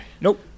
Nope